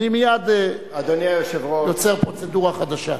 אני מייד יוצר פרוצדורה חדשה.